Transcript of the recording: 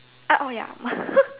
uh oh ya